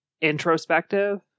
introspective